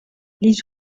les